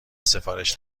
سفارش